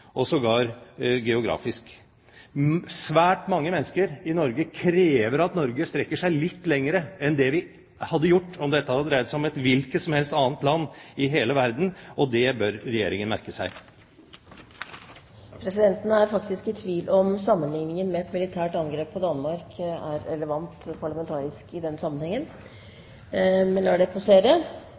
og sågar geografisk. Svært mange mennesker i Norge krever at Norge strekker seg litt lenger enn vi hadde gjort om dette hadde dreid seg om et hvilket som helst annet land i hele verden, og det bør Regjeringen merke seg. Presidenten er faktisk i tvil om sammenligningen med et militært angrep på Danmark er parlamentarisk relevant i denne sammenhengen, men lar det passere.